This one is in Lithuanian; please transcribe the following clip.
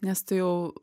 nes tu jau